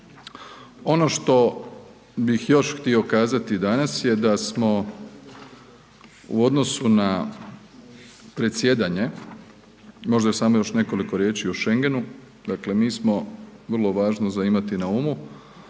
Ono što bih još htio kazati danas je da smo u odnosu na predsjedanje, možda samo još nekoliko riječi o schengenu, dakle mi smo vrlo važno za imati na umu